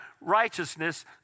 righteousness